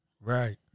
Right